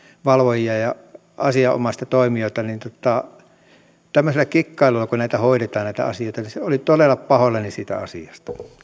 valvojia ja toimijoita niin tämmöisellä kikkailullako näitä asioita hoidetaan olin todella pahoillani siitä asiasta